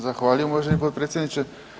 Zahvaljujem, uvaženi potpredsjedniče.